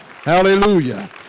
Hallelujah